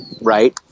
Right